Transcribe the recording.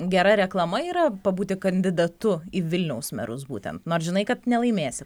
gera reklama yra pabūti kandidatu į vilniaus merus būtent nors žinai kad nelaimėsi